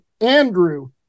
Andrew